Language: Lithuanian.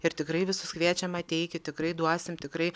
ir tikrai visus kviečiam ateikit tikrai duosim tikrai